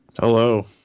Hello